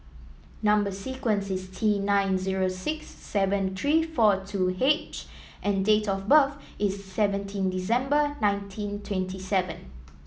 number sequence is T nine zero six seven three four two H and date of birth is seventeen December nineteen twenty seven